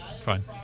Fine